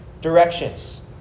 directions